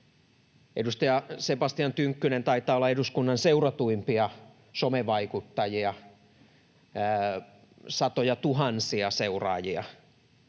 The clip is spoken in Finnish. Edustaja Sebastian Tynkkynen taitaa olla eduskunnan seuratuimpia somevaikuttajia — satojatuhansia seuraajia